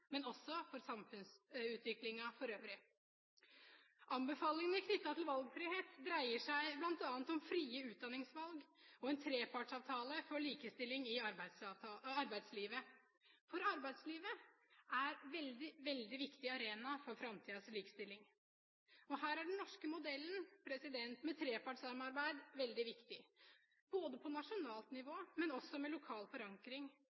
men også for samfunnsutviklinga for øvrig. Anbefalingene knyttet til valgfrihet dreier seg bl.a. om frie utdanningsvalg og en trepartsavtale for likestilling i arbeidslivet. For arbeidslivet er en veldig viktig arena for framtidas likestilling. Her er den norske modellen med trepartssamarbeid veldig viktig, både på nasjonalt nivå og også med lokal forankring.